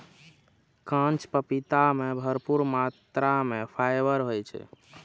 कांच पपीता मे भरपूर मात्रा मे फाइबर होइ छै